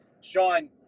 Sean